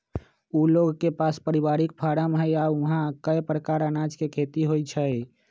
उ लोग के पास परिवारिक फारम हई आ ऊहा कए परकार अनाज के खेती होई छई